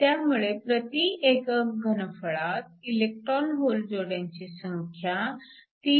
त्यामुळे प्रति एकक घनफळात इलेक्ट्रॉन होल जोड्यांची संख्या 3